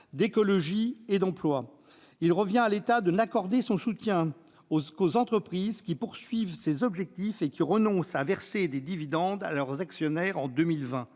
d'écologie et d'emploi. Il revient à l'État de n'accorder son soutien qu'aux entreprises qui poursuivent ces objectifs et qui renoncent à verser des dividendes à leurs actionnaires en 2020.